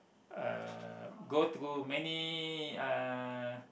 uh go through many uh